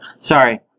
Sorry